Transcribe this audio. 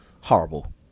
Horrible